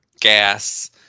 gas